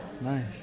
Nice